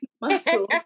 muscles